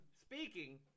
speaking